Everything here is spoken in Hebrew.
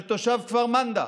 של תושב כפר מנדא,